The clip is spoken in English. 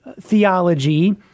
theology